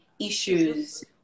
issues